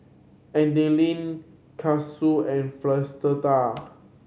Adaline Kasey and